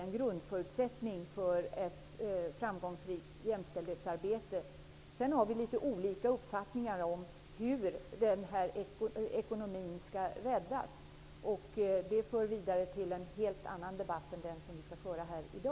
En grundförutsättning för ett framgångsrikt jämställdhetsarbete är att få Sveriges ekonomi på fötter. Vi har dock litet olika uppfattningar om hur Sveriges ekonomi skall räddas, men det resonemanget för vidare till en helt annan debatt än den vi nu skall föra.